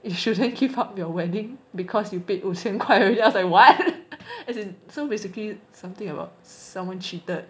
you shouldn't give up your wedding because you paid 五千块 already I was like what as in so basically something about someone cheated